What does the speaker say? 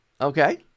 Okay